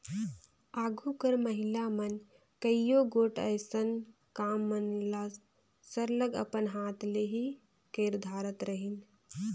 आघु कर महिला मन कइयो गोट अइसन काम मन ल सरलग अपन हाथ ले ही कइर धारत रहिन